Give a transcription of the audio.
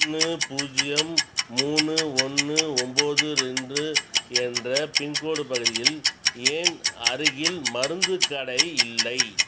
ஒன்று பூஜ்ஜியம் மூணு ஒன்று ஒம்போது ரெண்டு என்ற பின்கோடு பகுதியில் ஏன் அருகில் மருந்து கடை இல்லை